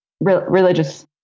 religious